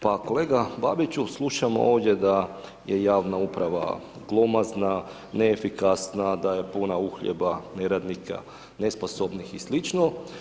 Pa kolega Babiću, slušam ovdje da je javna uprava glomazna, neefikasna, da je puna uhljeba, neradnika, nesposobnih i sl.